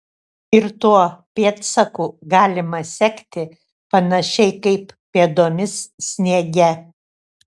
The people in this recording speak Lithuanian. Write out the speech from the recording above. ir tuo pėdsaku galima sekti panašiai kaip pėdomis sniege